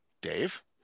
Dave